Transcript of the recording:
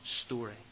story